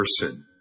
person